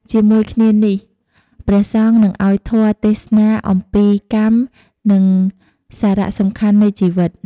ជាមួយគ្នានេះ ព្រះសង្ឃនឹងឲ្យធម៌ ទេសនាអំពី កម្ម និងសារៈសំខាន់នៃជីវិត។